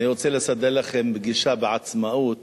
אני רוצה לסדר לכם פגישה בעצמאות